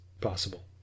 possible